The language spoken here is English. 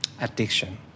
Addiction